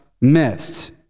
missed